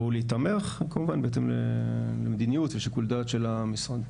להיתמך כמובן בהתאם למדיניות ושיקול הדעת של המשרד.